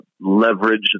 leverage